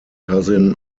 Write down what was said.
cousin